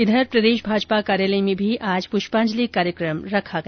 इधर प्रदेश भाजपा कार्यालय में भी आज पुष्पांजलि कार्यक्रम रखा गया